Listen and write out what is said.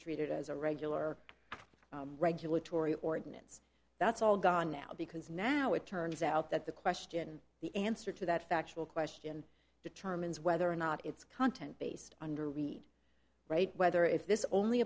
treated as a regular regulatory ordinance that's all gone now because now it turns out that the question the answer to that factual question determines whether or not it's content based under read write whether if this only